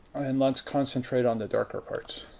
and let's concentrate on the darker parts.